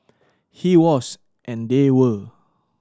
he was and they were